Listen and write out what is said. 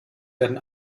werden